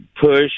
Push